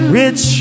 rich